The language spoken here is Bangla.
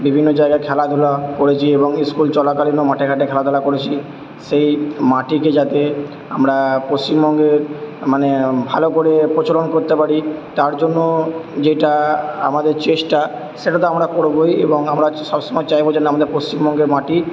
বিভিন্ন জায়গায় খেলাধুলা করেছি এবং স্কুল চলাকালীনও মাঠে ঘাটে খেলাধুলা করেছি সেই মাটিকে যাতে আমরা পশ্চিমবঙ্গের মানে ভালো করে প্রচলন করতে পারি তার জন্য যেটা আমাদের চেষ্টা সেটা তো আমরা করবোই এবং আমরা সব সময় চাইবো যেন আমাদের পশ্চিমবঙ্গের মাটি